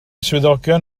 swyddogion